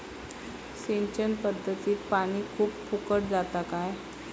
सिंचन पध्दतीत पानी खूप फुकट जाता काय?